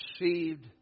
received